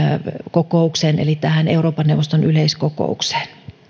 kokoukseen eli tähän euroopan neuvoston yleiskokoukseen